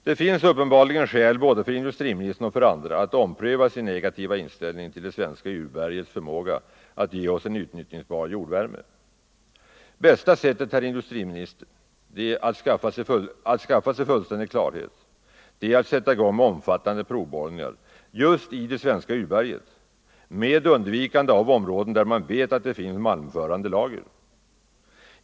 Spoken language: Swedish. Det finns uppenbarligen skäl för både industriministern och andra att ompröva sin negativa inställning till det svenska urbergets förmåga att ge oss utnyttjningsbar jordvärme. Bästa sättet, herr industriminister, att skaffa sig fullständig klarhet är att sätta i gång omfattande provborrningar just i det svenska urberget, med undvikande av områden där man vet att det finns malmförande lager.